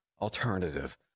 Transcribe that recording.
alternative